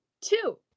Two